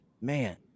man